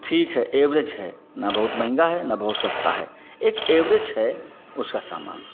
ठीक है एवरेज है न बहुत महंगा है न बहुत सस्ता है एक एवरेज है उसका सामान